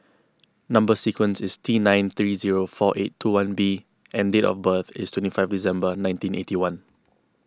Number Sequence is T nine three zero four eight two one B and date of birth is twenty five December nineteen eighty one